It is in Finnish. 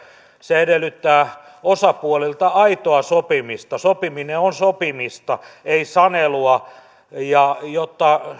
se edellyttää osapuolilta aitoa sopimista sopiminen on sopimista ei sanelua jotta